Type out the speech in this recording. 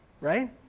right